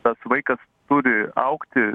tas vaikas turi augti